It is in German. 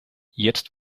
jetzt